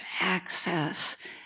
access